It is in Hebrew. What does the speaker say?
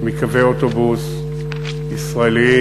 מקווי אוטובוס ישראליים,